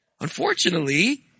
Unfortunately